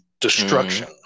destruction